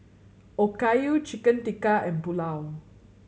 Okayu Chicken Tikka and Pulao